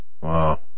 Wow